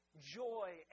joy